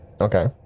okay